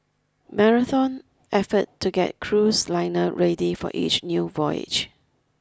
Marathon effort to get cruise liner ready for each new voyage